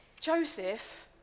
Joseph